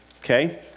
okay